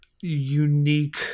unique